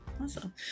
Awesome